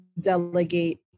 delegate